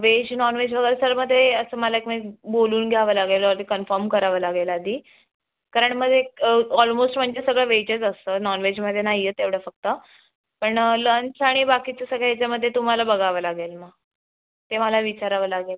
veg non veg वगैरे sir मग ते तुम्हाला एक मिनिट बोलून घ्यावं लागेल आधी कन्फम करावं लागेल आधी कारण मग ते ऑलमोस म्हणजे सगळं वेजच असतं नॉनवेजमध्ये नाही आहे तेवढं फक्त पण लंच आणि बाकीचं सगळे याच्यामध्ये तुम्हाला बघावं लागेल ते मला विचारावं लागेल